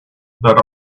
that